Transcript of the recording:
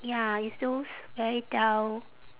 ya it's those very dull